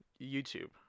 YouTube